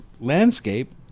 landscape